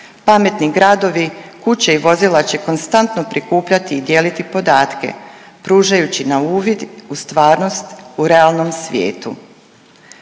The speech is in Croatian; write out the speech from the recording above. Pametni gradovi, kuće i vozila će konstantno prikupljati i dijeliti podatke pružajući na uvid u stvarnost u realnom svijetu.